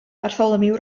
bartholomew